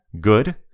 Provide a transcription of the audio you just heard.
good